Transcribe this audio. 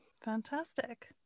Fantastic